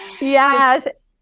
Yes